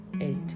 Eight